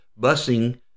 busing